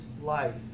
life